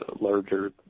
larger